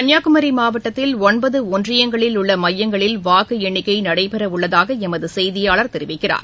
கன்னியாகுமரி மாவட்டத்தில் ஒன்பது ஒன்றியங்களில் உள்ள மையங்களில் வாக்கு எண்ணிக்கை நடைபெறவுள்ளதாக எமது செய்தியாளர் தெரிவிக்கிறார்